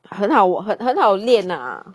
很好很很好练啊